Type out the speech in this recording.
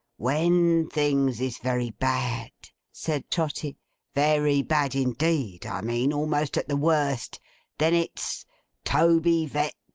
when things is very bad said trotty very bad indeed, i mean almost at the worst then it's toby veck,